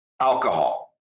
alcohol